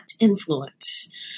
influence